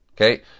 Okay